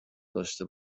داشته